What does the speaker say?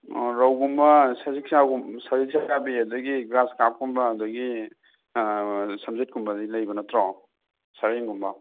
ꯑꯣ ꯔꯧꯒꯨꯝꯕ ꯁꯖꯤꯛ ꯆꯥꯕꯒꯨꯝ ꯁꯖꯤꯛ ꯆꯥꯕꯤ ꯑꯗꯒꯤ ꯒ꯭ꯔꯥꯁ ꯀ꯭ꯔꯥꯞꯀꯨꯝꯕ ꯑꯗꯒꯤ ꯁꯝꯖꯦꯠꯀꯨꯝꯕꯗꯤ ꯂꯩꯕ ꯅꯠꯇ꯭ꯔꯣ ꯁꯔꯦꯡꯒꯨꯝꯕ